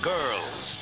Girls